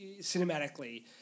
cinematically